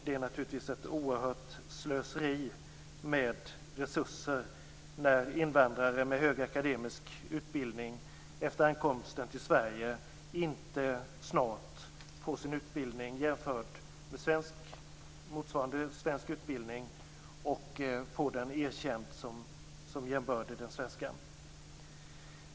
Det är naturligtvis ett oerhört slöseri med resurser när invandrare med hög akademisk utbildning efter ankomsten till Sverige inte snart får sin utbildning jämförd med motsvarande svensk utbildning och får den erkänd som jämbördig den svenska.